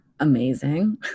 Amazing